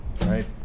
right